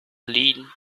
lead